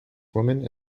woman